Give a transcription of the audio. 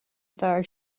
d’fhear